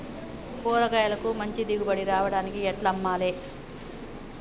కూరగాయలకు మంచి దిగుబడి రావడానికి ఎట్ల అమ్మాలే?